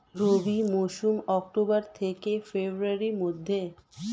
রবি মৌসুম অক্টোবর থেকে ফেব্রুয়ারির মধ্যে